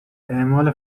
اعمال